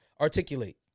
Articulate